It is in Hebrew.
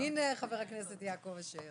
הנה חבר הכנסת יעקב אשר.